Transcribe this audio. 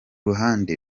ruhande